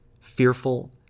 fearful